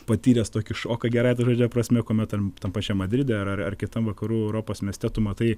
patyręs tokį šoką gerąja to žodžio prasme kuomet tam tam pačiam madride ar kitam vakarų europos mieste tu matai